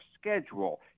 schedule